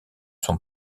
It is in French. son